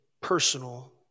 personal